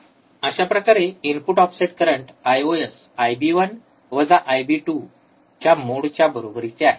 अशाप्रकारे input offset current IOS IB १ वजा IB two च्या मोडच्या बरोबरीचे आहे